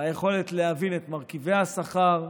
ביכולת להבין את מרכיבי השכר,